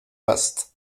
vastes